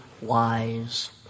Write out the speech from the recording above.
wise